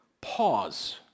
pause